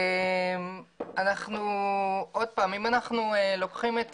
אם אנחנו לוקחים את